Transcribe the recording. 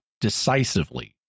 decisively